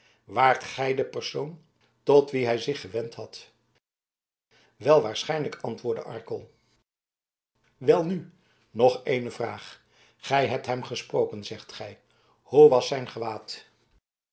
waart gij de persoon tot wien hij zich gewend had wel waarschijnlijk antwoordde arkel welnu nog eene vraag gij hebt hem gesproken zegt gij hoe was zijn gewaad